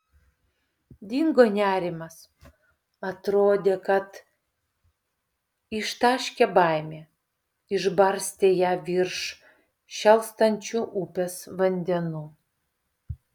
dingo nerimas atrodė kad ištaškė baimę išbarstė ją virš šėlstančių upės vandenų